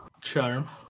Charm